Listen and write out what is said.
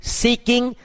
seeking